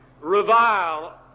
revile